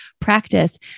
practice